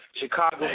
Chicago